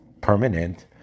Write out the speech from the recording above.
permanent